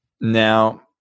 Now